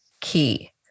key